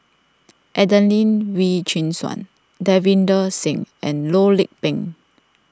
Adelene Wee Chin Suan Davinder Singh and Loh Lik Peng